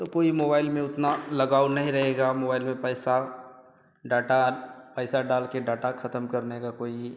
तो कोई मोबाइल में उतना लगाव नहीं रहेगा मोबाइल में पैसा डाटा पैसा डालकर डाटा ख़त्म करने का कोई